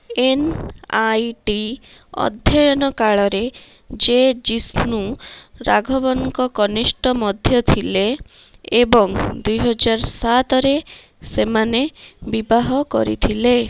N I T ଅଧ୍ୟୟନ କାଳରେ ସେ ଜିଷ୍ଣୁ ରାଘବନଙ୍କ କନିଷ୍ଠ ମଧ୍ୟ ଥିଲେ ଏବଂ ଦୁଇହଜାର ସାତରେ ସେମାନେ ବିବାହ କରିଥିଲେ